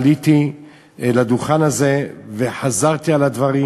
עליתי לדוכן הזה וחזרתי על הדברים.